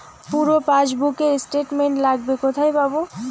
পুরো পাসবুকের স্টেটমেন্ট লাগবে কোথায় পাব?